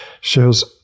shows